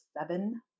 seven